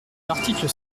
l’article